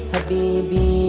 Habibi